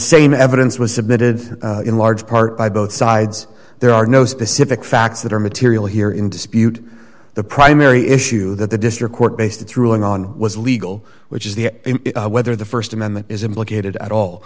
same evidence was submitted in large part by both sides there are no specific facts that are material here in dispute the primary issue that the district court based its ruling on was legal which is the whether the st amendment is implicated at all